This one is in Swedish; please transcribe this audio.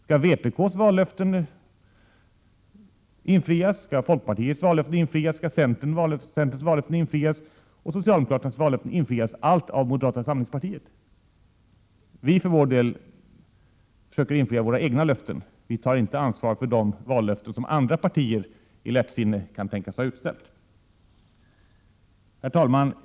Skall vpk:s, folkpartiets, centerns och socialdemokraternas vallöften alla infrias av moderata samlingspartiet? I folkpartiet försöker vi infria våra egna löften — vi tar inte ansvar för de vallöften som andra partier i lättsinne kan tänkas ha utställt. Herr talman!